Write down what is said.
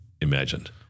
imagined